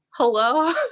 hello